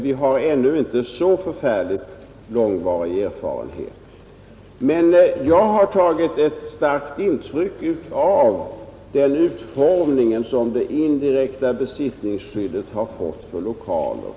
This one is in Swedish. Vi har ännu inte så särskilt lång erfarenhet av detta, men jag har tagit starkt intryck av den utformning som det indirekta besittningsskyddet har fått för lokaler.